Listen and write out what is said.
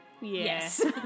Yes